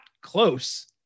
close